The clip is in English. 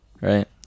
right